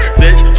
bitch